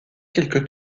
quelque